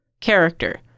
character